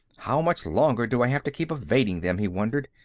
how much longer do i have to keep evading them? he wondered.